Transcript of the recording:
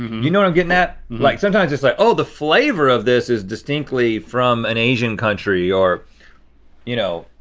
you know what i'm gettin' at? like sometimes it's like oh the flavor of this is distinctly from an asian country or you know,